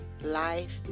life